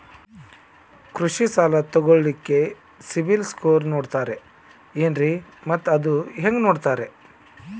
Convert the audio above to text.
ಕೃಷಿ ಸಾಲ ತಗೋಳಿಕ್ಕೆ ಸಿಬಿಲ್ ಸ್ಕೋರ್ ನೋಡ್ತಾರೆ ಏನ್ರಿ ಮತ್ತ ಅದು ಹೆಂಗೆ ನೋಡ್ತಾರೇ?